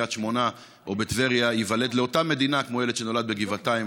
בקריית שמונה או בטבריה ייוולד לאותה מדינה כמו ילד שנולד בגבעתיים,